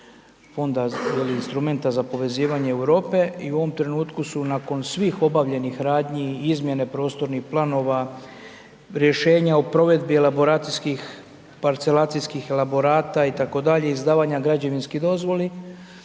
Fonda instrumenta za povezivanje Europe i u ovom trenutku su nakon svih obavljenih radnji i izmjene prostornih planova, rješenje o provedbi elaboracijskih, parcelacijskih elaborata itd., izdavanja građevinskih dozvola,